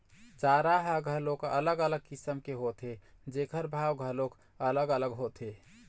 चारा ह घलोक अलग अलग किसम के होथे जेखर भाव घलोक अलग अलग होथे